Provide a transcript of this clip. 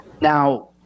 Now